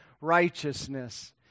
righteousness